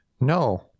No